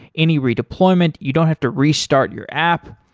any redeployment, you don't have to restart your app.